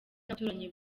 n’abaturanyi